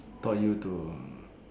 brought you to